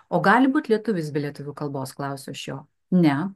o gali būti lietuvis be lietuvių kalbos klausiu aš jo ne